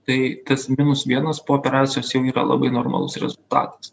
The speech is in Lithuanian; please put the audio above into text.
tai tas minus vienas po operacijos jau yra labai normalus rezultatas